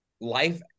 Life